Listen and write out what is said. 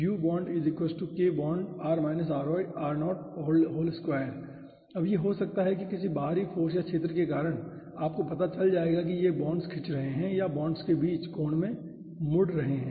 अब यह ऐसा हो सकता है कि किसी बाहरी फ़ोर्स या क्षेत्र के कारण आपको पता चल जाएगा कि ये बांड्स खिंच रहे हैं या बांड्स के बीच के कोण वास्तव में मुड़ रहे हैं